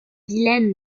vilaine